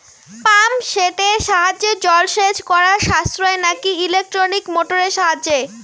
Pump সেটের সাহায্যে জলসেচ করা সাশ্রয় নাকি ইলেকট্রনিক মোটরের সাহায্যে?